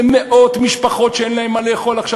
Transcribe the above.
זה מאות משפחות שאין להן מה לאכול עכשיו,